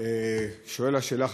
שואל השאלה,